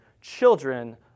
children